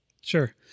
Sure